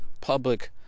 public